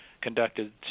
conducted